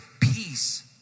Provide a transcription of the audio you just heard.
peace